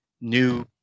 new